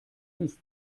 ist